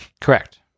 Correct